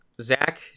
Zach